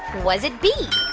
was it b,